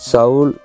Saul